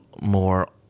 more